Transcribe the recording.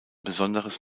besonderes